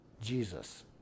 Jesus